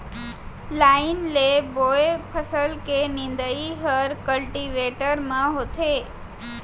line ले बोए फसल के निंदई हर कल्टीवेटर म होथे